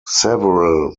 several